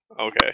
Okay